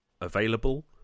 available